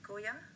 Goya